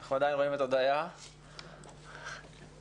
גם אם הוא לא יהיה פרק זמן מאוד